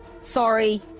Sorry